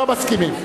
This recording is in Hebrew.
לא מסכימים.